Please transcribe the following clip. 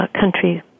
country